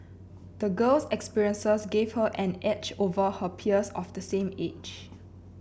the girl's experiences gave her an edge over her peers of the same age